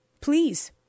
please